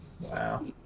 wow